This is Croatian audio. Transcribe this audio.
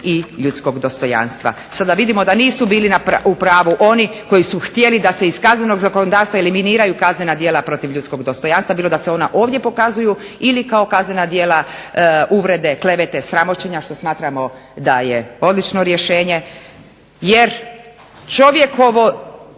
i ljudskog dostojanstva. Sada vidimo da nisu bili u pravu oni koji su htjeli da se iz kaznenog zakonodavstva eliminiraju kaznena djela protiv ljudskog dostojanstva, bilo da se ona ovdje pokazuju ili kao kaznena djela uvrede, klevete, sramoćenja što smatramo da je odlično rješenje jer čovjekov